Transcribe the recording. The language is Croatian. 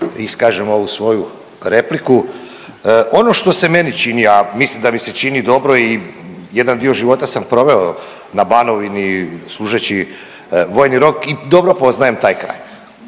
iskažem ovu svoju repliku. Ono što se meni čini, a mislim da mi se čini dobro i jedan dio života sam proveo na Banovini služeći vojni rok i dobro poznajem taj kraj,